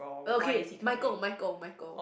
okay Micheal Micheal Micheal